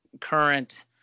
current